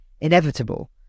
inevitable